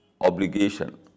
obligation